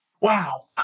Wow